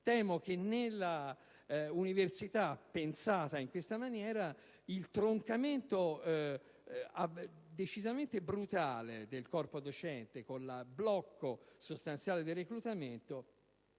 Temo che nell'università pensata in questa maniera il troncamento decisamente brutale del corpo docente, con il blocco sostanziale del reclutamento,